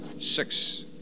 six